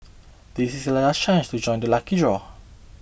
this is your last chance to join the lucky draw